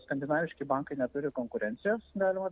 skandinaviški bankai neturi konkurencijos galima